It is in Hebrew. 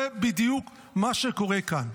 זה בדיוק מה שקורה כאן.